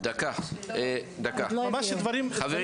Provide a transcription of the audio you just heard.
חלק